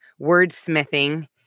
wordsmithing